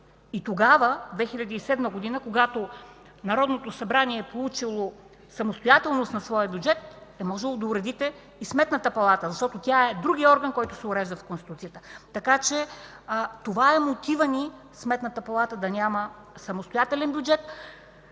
И тогава – 2007 г., когато Народното събрание е получило самостоятелност на своя бюджет, е можело да уредите и Сметната палата, защото тя е другият орган, който се урежда с Конституцията. Това е мотивът ни Сметната палата да няма самостоятелен бюджет,